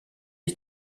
ich